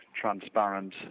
transparent